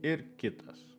ir kitas